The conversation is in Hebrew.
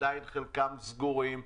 עדיין סגורים בחלקם,